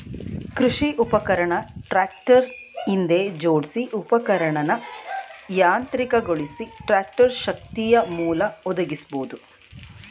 ಕೃಷಿ ಉಪಕರಣ ಟ್ರಾಕ್ಟರ್ ಹಿಂದೆ ಜೋಡ್ಸಿ ಉಪಕರಣನ ಯಾಂತ್ರಿಕಗೊಳಿಸಿ ಟ್ರಾಕ್ಟರ್ ಶಕ್ತಿಯಮೂಲ ಒದಗಿಸ್ಬೋದು